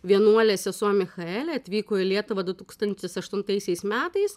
vienuolė sesuo michaelė atvyko į lietuvą du tūkstantis aštuntaisiais metais